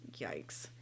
Yikes